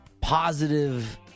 positive